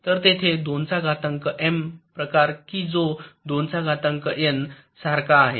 तर तेथे २ चा घातांक एम प्रकार कि जो २ चा घातांक एन सारखा आहे